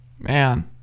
Man